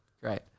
Great